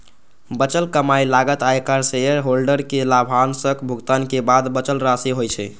बचल कमाइ लागत, आयकर, शेयरहोल्डर कें लाभांशक भुगतान के बाद बचल राशि होइ छै